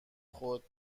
خود